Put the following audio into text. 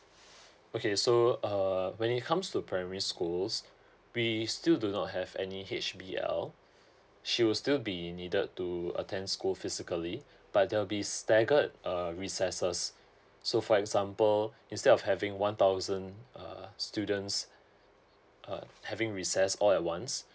okay so uh when it comes to primary schools we still do not have any h b l she will still be needed to attend school physically but there'll be staggered uh recesses so for example instead of having one thousand uh students uh having recess all at once